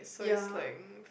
ya